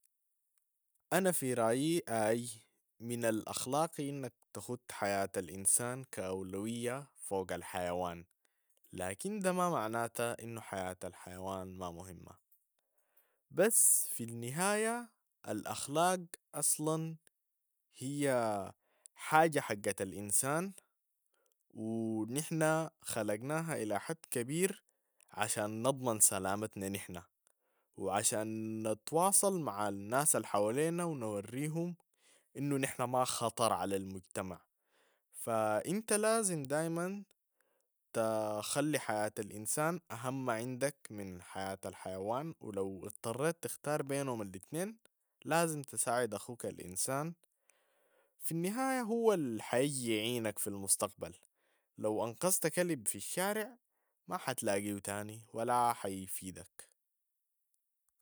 أنا في رأي من الأخلاق أنك تأخذ حياة الإنسان كأولوية فوق الحيوان، لكن ده ما معناته أنو حياة الحيوان ما مهمة، بس في النهاية الأخلاق أصلاً هي حاجة حق الإنسان و نحن خلقناها إلى حد كبير عشان نضمن سلامتنا نحن و عشان نتواصل مع الناس الحوالينا و نوريهم انو نحن ما خطر على المجتمع، فانت لازم دايما تخلي حياة الانسان اهم عندك من حياة الحيوان و لو اضطريت تختار بينهم الاتنين لازم تساعد اخوك الانسان، في النهاية هو الحيجي يعينك في المستقبل، لو انقذت كلب في الشارع ما حتلاقيه تاني و لا حيفيدك.